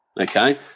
okay